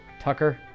Tucker